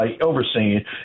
overseeing